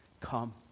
come